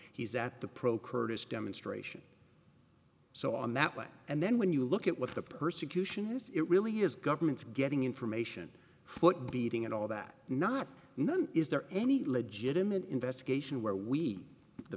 he's at the pro kurdish demonstration so on that way and then when you look at what the persecution is it really is governments getting information foot beating and all that not known is there any legitimate investigation where we the